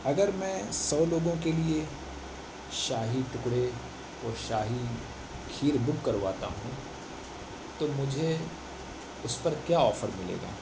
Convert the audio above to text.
اگر میں سو لوگوں کے لیے شاہی ٹکڑے اور شاہی کھیر بک کرواتا ہوں تو مجھے اس پر کیا آفر ملے گا